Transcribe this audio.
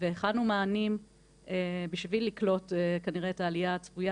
והכנו מענים בשביל לקלוט כנראה את העלייה הצפויה